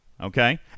Okay